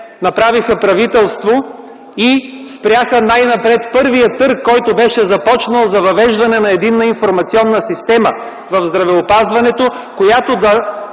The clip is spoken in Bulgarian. направиха правителство и спряха най-напред първия търг, който беше започнал за въвеждане на единна информационна система в здравеопазването, която да